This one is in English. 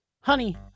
honey